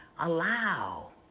Allow